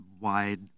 wide-